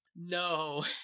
No